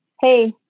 hey